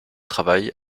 travaille